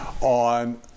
on